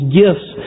gifts